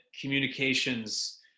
communications